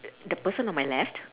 the person on my left